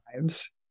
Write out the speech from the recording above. lives